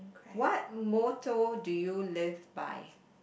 what motto do you live by